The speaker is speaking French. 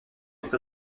entré